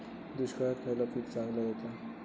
दुष्काळात खयला पीक चांगला येता?